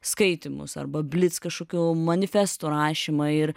skaitymus arba blitz kažkokio manifesto rašymą ir